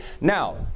Now